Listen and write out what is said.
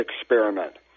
experiment